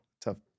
tough